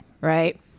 right